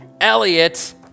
Elliot